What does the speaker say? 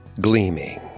gleaming